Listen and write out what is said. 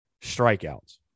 strikeouts